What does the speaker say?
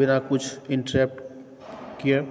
बिना किछु इन्टरेप्ट के